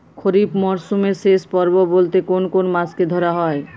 খরিপ মরসুমের শেষ পর্ব বলতে কোন কোন মাস কে ধরা হয়?